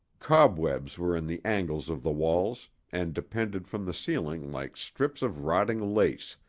cobwebs were in the angles of the walls and depended from the ceiling like strips of rotting lace,